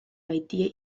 baitie